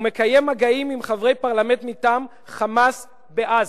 ומקיים מגעים עם חברי פרלמנט מטעם "חמאס" בעזה.